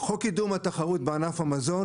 חוק קידום התחרות בענף המזון